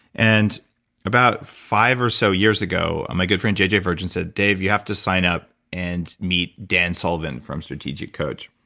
and about five or so years ago, my good friend j. j. virgin said, dave, you have to sign up and meet dan sullivan from strategic coach.